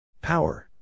Power